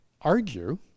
argue